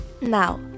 Now